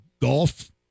golf